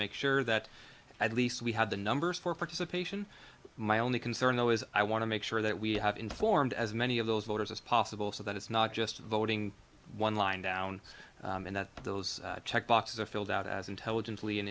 make sure that at least we had the numbers for participation my only concern though is i want to make sure that we have informed as many of those voters as possible so that it's not just a voting one line down and that those check boxes are filled out as intelligent